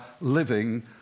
living